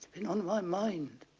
been on my mind.